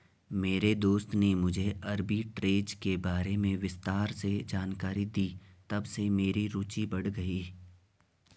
मेरे दोस्त ने मुझे आरबी ट्रेज़ के बारे में विस्तार से जानकारी दी तबसे मेरी रूचि बढ़ गयी